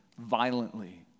violently